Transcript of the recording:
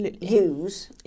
use